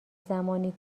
زمانی